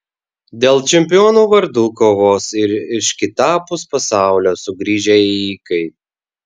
dėl čempionų vardų kovos ir iš kitapus pasaulio sugrįžę ėjikai